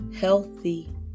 healthy